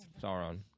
Sauron